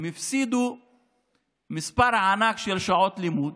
הם הפסידו מספר ענק של שעות לימוד,